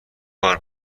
بار